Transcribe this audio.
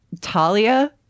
Talia